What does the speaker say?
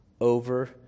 over